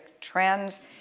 trends